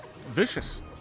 vicious